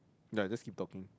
ya just keep talking